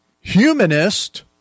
humanist